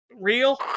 real